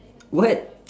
what